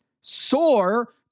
soar